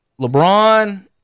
LeBron